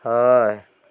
হয়